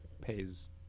pays